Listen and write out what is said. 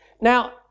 Now